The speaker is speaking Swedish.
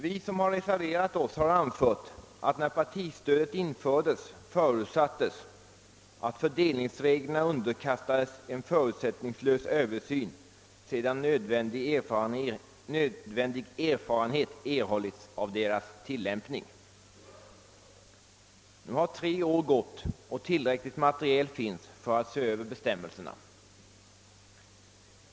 Vi reservanter har anfört att när partistödet infördes förutsattes att fördelningsreglerna underkastades en förutsättningslös översyn sedan nödvändig erfarenhet erhållits av deras tillämpning. Nu har tre år gått och tillräckligt material finns för att se över bestämmelserna.